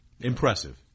Impressive